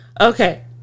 Okay